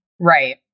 Right